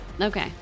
Okay